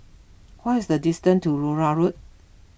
what is the distance to Larut Road